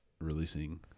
releasing